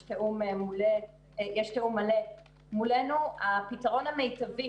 יש תיאום מלא מולנו הפתרון המיטבי